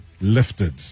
lifted